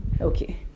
okay